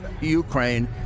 Ukraine